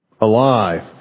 Alive